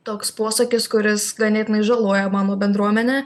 toks posakis kuris ganėtinai žaloja mano bendruomenę